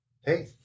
Hey